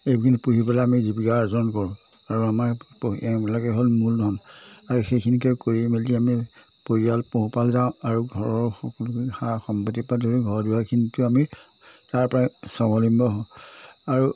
এইখিনি পুহি পেলাই আমি জীৱিকা অৰ্জন কৰোঁ আৰু আমাৰ এইবিলাকে হ'ল মূলধন আৰু সেইখিনিকে কৰি মেলি আমি পৰিয়াল পোহপাল যাওঁ আৰু ঘৰৰ সকলো সা সম্পত্তি পৰা ধৰি ঘৰ দুৱাখিনিতো আমি তাৰ পৰাই স্বাৱলম্বী হওঁ আৰু